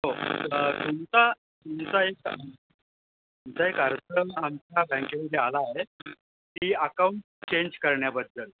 हो तुमचा तुमचा एक तुमचा एक अर्ज आमच्या बँकेमध्ये आला आहे की अकाऊंट चेंज करण्याबद्दल